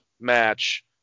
match